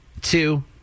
two